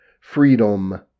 freedom